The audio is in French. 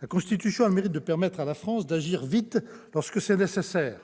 La Constitution a le mérite de permettre à la France d'agir vite lorsque c'est nécessaire,